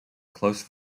close